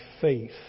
faith